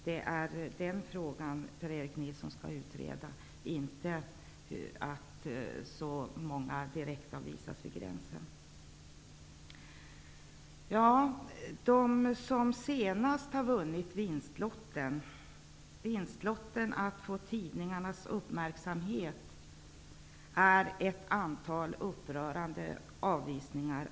Det är den frågan Per-Erik Nilsson skall utreda, inte frågan om att så många direktavvisas vid gränsen. De som senast har dragit vinstlotten -- att få tidningarnas uppmärksamhet -- är ett antal barn, som hotats av upprörande avvisningar.